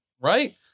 right